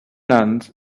nuns